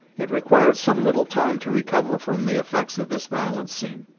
it required some little time to recover from the effects of this violent scene,